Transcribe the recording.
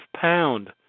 pound